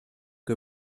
que